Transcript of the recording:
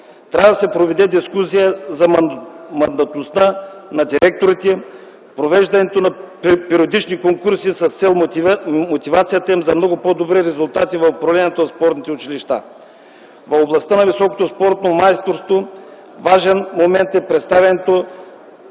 Трябва да се проведе дискусия за мандатността на директорите, провеждането на периодични конкурси с цел мотивацията им за много по-добри резултати в областта на управлението на спортните училища. В областта на високото спортно майсторство важен момент е предоставянето